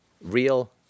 real